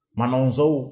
manonzo